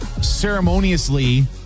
ceremoniously